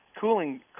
cooling